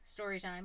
Storytime